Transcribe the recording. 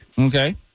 Okay